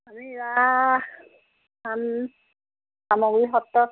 ইয়াত ৰাস চামগুৰি সত্ৰত